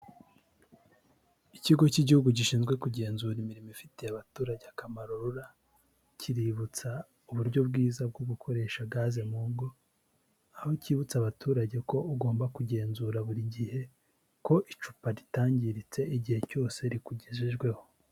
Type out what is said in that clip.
Ikigo cy'igihugu gishinzwe kugenzura imirimo ifitiye abaturage akamaro RURA kiributsa uburyo bwiza bwo gukoresha gaze mu ngo, aho cyibutsa abaturage ko ugomba kugenzura buri gihe ko icupa ritangiritse igihe cyose rikugejejweho.